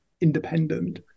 independent